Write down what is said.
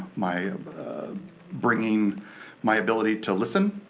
my bringing my ability to listen